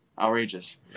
Outrageous